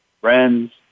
Friends